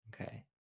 Okay